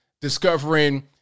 discovering